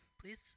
please